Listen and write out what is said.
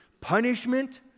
punishment